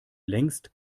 längst